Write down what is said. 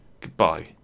Goodbye